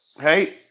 hey